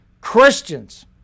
Christians